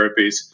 therapies